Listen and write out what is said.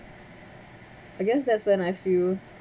I guess that's when I feel